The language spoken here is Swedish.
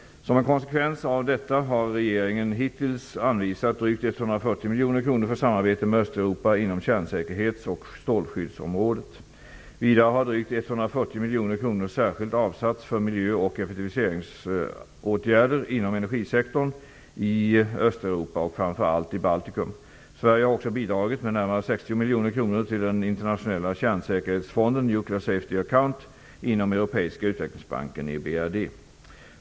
Som en konsekvens av detta har regeringen hittills anvisat drygt 140 miljoner kronor för samarbete med Östeuropa inom kärnsäkerhets och strålskyddsområdet. Vidare har drygt 140 miljoner kronor särskilt avsatts för miljö och effektiviseringsåtgärder inom energisektorn i Östeuropa och framför allt i Baltikum. Sverige har också bidragit med närmare 60 miljoner kronor till den internationella kärnsäkerhetsfonden, Nuclear Safety Account, inom Europeiska utvecklingsbanken, EBRD.